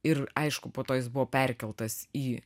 ir aišku po to jis buvo perkeltas į